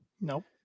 Nope